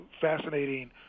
fascinating